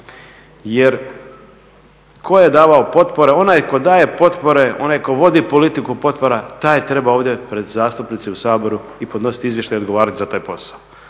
Jer tko je davao potpore? Onaj tko daje potpore, onaj tko vodi politiku potpora, taj treba ovdje pred zastupnike u Saboru i podnosit izvještaj i odgovarat za taj posao.